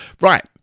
Right